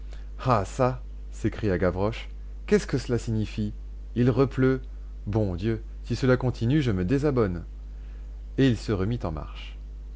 ah çà s'écria gavroche qu'est-ce que cela signifie il repleut bon dieu si cela continue je me désabonne et il se remit en marche